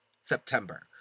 September